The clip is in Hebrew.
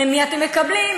ממי אתם מקבלים?